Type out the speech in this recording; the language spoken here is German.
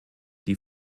die